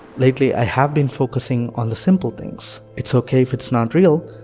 lately i have been focussing on the simple things. it's ok if it's not real,